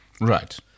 Right